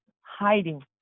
hiding